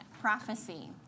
Prophecy